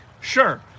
Sure